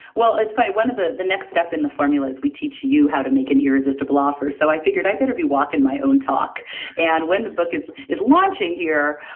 well, it's funny. one of the the next steps in the formula is we teach you you how to make an irresistible offer. so i figured i'd better be walking my own talk and when the book is is launching here,